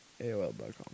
AOL.com